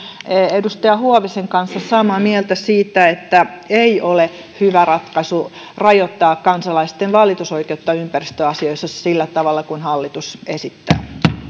edustaja huovisen kanssa samaa mieltä siitä että ei ole hyvä ratkaisu rajoittaa kansalaisten valitusoikeutta ympäristöasioissa sillä tavalla kuin hallitus esittää